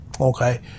okay